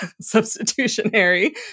substitutionary